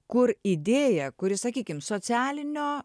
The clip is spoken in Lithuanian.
kur idėja kuri sakykim socialinio